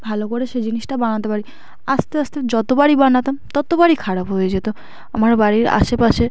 ভালো করে সে জিনিসটা বানাতে পারি আস্তে আস্তে যতবারই বানাতাম ততবারই খারাপ হয়ে যেত আমার বাড়ির আশেপাশে